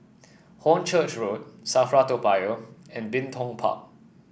Hornchurch Road Safra Toa Payoh and Bin Tong Park